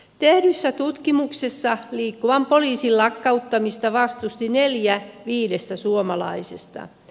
tehdyssä tutkimuksessa liikkuvan poliisin lakkauttamista vastusti neljä viidestä suomalaisesta